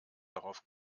darauf